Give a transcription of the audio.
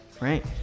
Right